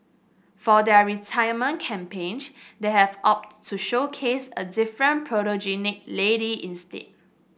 for their retirement campaign they have opted to showcase a different photogenic lady instead